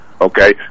okay